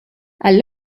għall